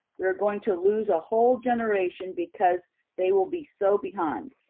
we are going to lose a whole generation because they will be so behind.